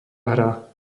hra